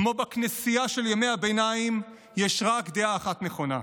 כמו בכנסייה של ימי הביניים, יש רק דעה אחת נכונה,